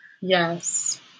Yes